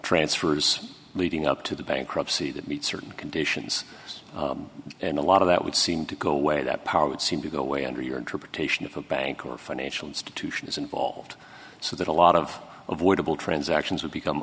transfers leading up to the bankruptcy that meet certain conditions and a lot of that would seem to go away that power would seem to go away under your interpretation of a bank or financial institution is involved so that a lot of avoidable transactions would become